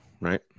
right